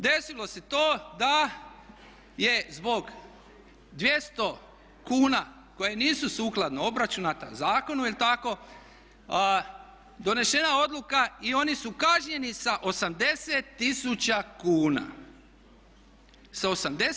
Desilo se to da je zbog 200 kuna koje nisu sukladno obračunata zakonu, je li tako, donesena odluka i oni su kažnjeni sa 80 tisuća kuna.